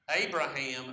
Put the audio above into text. Abraham